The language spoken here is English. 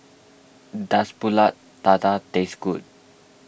does Pulut Tatal taste good